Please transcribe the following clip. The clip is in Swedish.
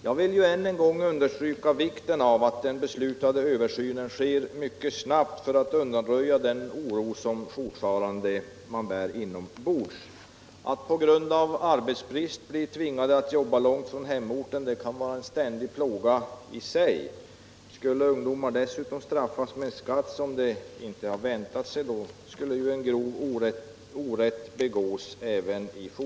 Jag vill än en gång understryka vikten av att den beslutade översynen sker mycket snabbt, så att man skingrar den oro som många ungdomar fortfarande bär inombords. Att på grund av arbetsbrist tvingas jobba långt från hemorten kan innebära en ständig plåga i sig. Om ungdomarna dessutom skulle straffas med skatt som de inte har väntat sig, då skulle en grov orätt begås.